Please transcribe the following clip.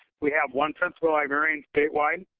we have one principal librarian statewide.